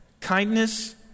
kindness